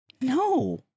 No